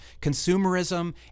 Consumerism